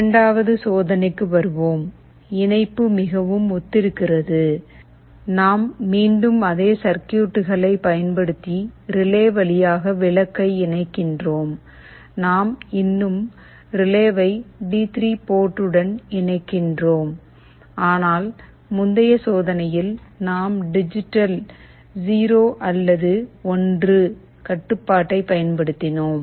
இரண்டாவது சோதனைக்கு வருவோம் இணைப்பு மிகவும் ஒத்திருக்கிறது நாம் மீண்டும் அதே சர்க்கியூட்களைப் பயன்படுத்தி ரிலே வழியாக விளக்கை இணைக்கிறோம் நாம் இன்னும் ரிலேவை டி3 போர்ட் உடன் இணைக்கிறோம் ஆனால் முந்தைய சோதனையில் நாம் டிஜிட்டல் 0 அல்லது 1 கட்டுப்பாட்டைப் பயன்படுத்தினோம்